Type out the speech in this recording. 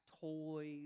toys